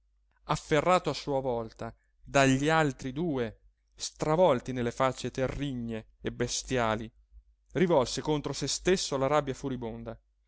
afferrato a sua volta dagli altri due stravolti nelle facce terrigne e bestiali rivolse contro se stesso la rabbia furibonda